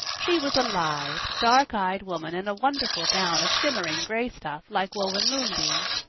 she was a lithe, dark-eyed woman in a wonderful gown of shimmering gray stuff like woven moonbeams,